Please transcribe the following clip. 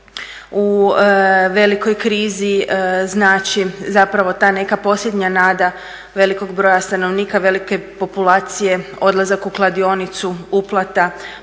u velikoj krizi znači zapravo ta neka posljednja nada velikog broja stanovnika, velike populacije odlazaka u kladionicu, uplata